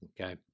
okay